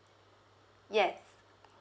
yes